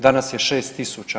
Danas je 6000.